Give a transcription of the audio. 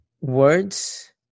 words